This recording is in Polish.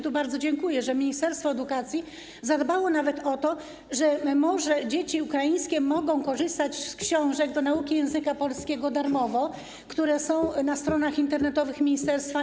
Tu bardzo dziękuję, że ministerstwo edukacji zadbało nawet o to, żeby dzieci ukraińskie mogły darmowo korzystać z książek do nauki języka polskiego, które są na stronach internetowych ministerstwa.